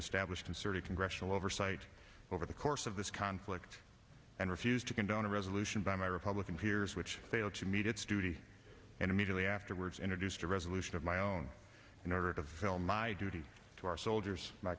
establish concerted congressional oversight over the course of this conflict and refused to condone a resolution by my republican peers which failed to meet its duty and immediately afterwards introduced a resolution of my own in order to veil my duty to our soldiers my